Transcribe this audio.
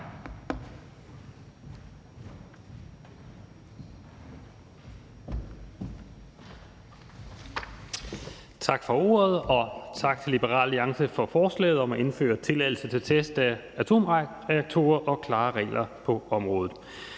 Tak for ordet, og tak til Liberal Alliance for forslaget om at indføre tilladelse til test af atomreaktorer og klare regler på området.